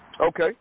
Okay